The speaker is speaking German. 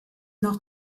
noch